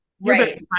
Right